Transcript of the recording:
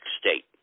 State